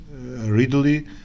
readily